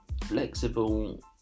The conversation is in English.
flexible